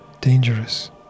dangerous